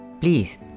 Please